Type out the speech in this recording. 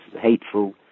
hateful